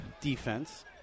defense